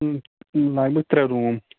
لَگ بَگ ترٛےٚ روٗم